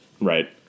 Right